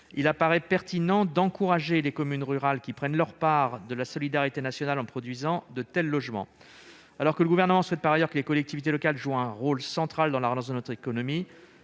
il apparaît pertinent d'encourager les communes rurales, qui prennent leur part de la solidarité nationale, en produisant de tels logements. Le Gouvernement souhaite que les collectivités locales jouent un rôle central dans la relance de notre économie.